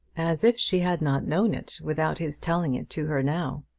as if she had not known it without his telling it to her now!